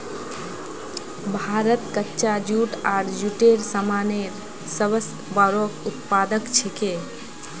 भारत कच्चा जूट आर जूटेर सामानेर सब स बोरो उत्पादक छिके